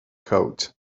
coat